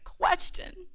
question